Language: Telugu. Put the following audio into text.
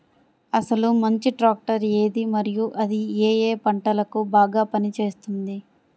అసలు మంచి ట్రాక్టర్ ఏది మరియు అది ఏ ఏ పంటలకు బాగా పని చేస్తుంది?